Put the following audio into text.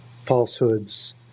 falsehoods